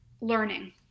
learning